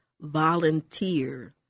volunteer